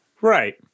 Right